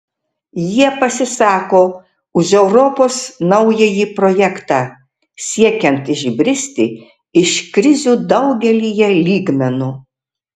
jie pasisako už europos naująjį projektą siekiant išbristi iš krizių daugelyje lygmenų